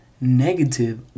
negative